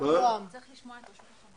לגבי עולי